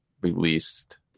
released